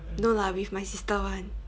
no lah with my sister [one]